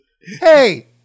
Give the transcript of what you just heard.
Hey